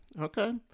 Okay